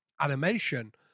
animation